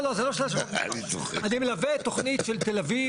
אני מלווה תוכנית של תל אביב